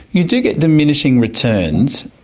you do get diminishing returns.